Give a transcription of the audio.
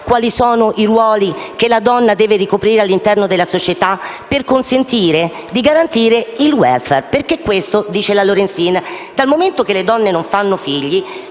fertilità, i ruoli che la donna deve ricoprire all'interno della società per garantire il *welfare*. Perché questo dice la Lorenzin. Dal momento che le donne non fanno figli,